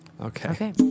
Okay